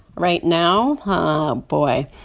right now ah boy.